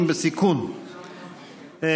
לא.